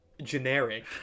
generic